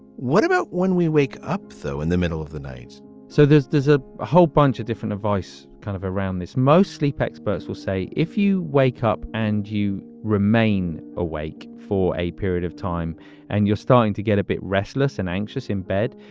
what about when we wake up so in and the middle of the nights so there's there's ah a whole bunch of different advice kind of around this. mostly experts will say if you wake up and you remain awake for a period of time and you're starting to get a bit restless and anxious in bed,